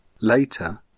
Later